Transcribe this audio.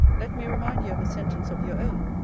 let me remind you of a sentence of your own,